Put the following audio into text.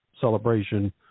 celebration